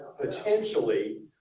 potentially